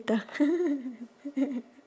~ter